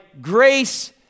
grace